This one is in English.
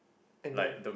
and then